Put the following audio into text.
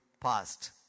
past